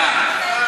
לא.